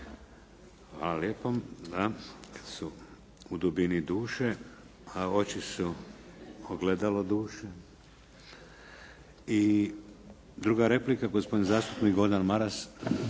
Hvala lijepo. Da, kad su u dubini duše, a oči su ogledalo duše. I druga replika, gospodin zastupnik Gordan Maras.